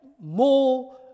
more